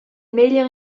meglier